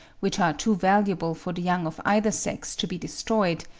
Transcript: which are too valuable for the young of either sex to be destroyed,